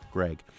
Greg